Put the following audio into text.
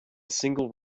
single